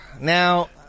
Now